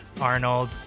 Arnold